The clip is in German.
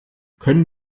können